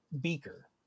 beaker